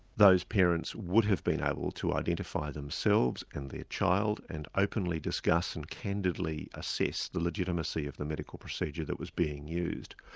those parents would have been able to identify themselves and their child and openly discuss and candidly assess the legitimacy of the medical procedure that was being used.